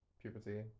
Puberty